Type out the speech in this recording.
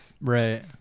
right